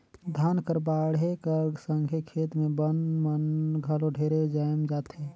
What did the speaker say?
धान कर बाढ़े कर संघे खेत मे बन मन घलो ढेरे जाएम जाथे